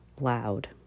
loud